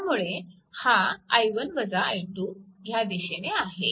त्यामुळे हा ह्या दिशेने आहे